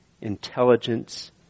intelligence